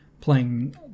playing